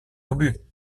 obus